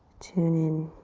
tune in,